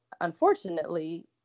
unfortunately